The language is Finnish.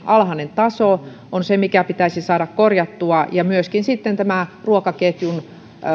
alhainen taso on se mikä pitäisi saada korjattua ja sitten myöskin ruokaketjun